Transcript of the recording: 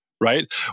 right